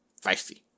feisty